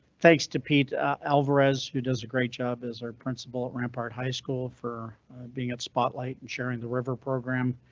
thanks to pete alvarez, who does a great job, is our principle at rampart high school for being at spotlight and sharing the river program,